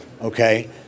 okay